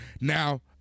Now